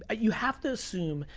ah you have to assume,